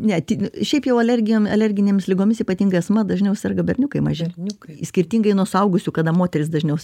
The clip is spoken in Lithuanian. ne ti šiaip jau alergijom alerginėmis ligomis ypatingas astma dažniau serga berniukai maži berniukai skirtingai nuo suaugusių kada moterys dažniau